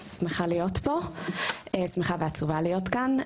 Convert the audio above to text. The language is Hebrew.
אני שמחה ועצובה להיות כאן.